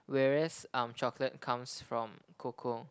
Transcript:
whereas um chocolate comes from cocoa